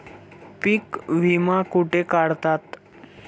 पीक विमा कुठे काढतात?